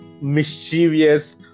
mischievous